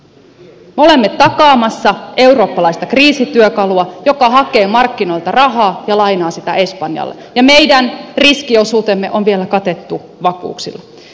me olemme takaamassa eurooppalaista kriisityökalua joka hakee markkinoilta rahaa ja lainaa sitä espanjalle ja meidän riskiosuutemme on vielä katettu vakuuksilla